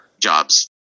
jobs